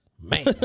Man